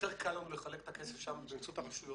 יותר קל לנו לחלק את הכסף שם באמצעות הרשויות,